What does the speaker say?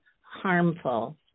harmful